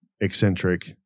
eccentric